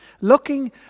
looking